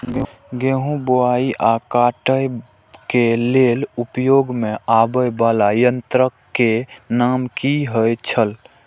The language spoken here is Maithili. गेहूं बुआई आ काटय केय लेल उपयोग में आबेय वाला संयंत्र के नाम की होय छल?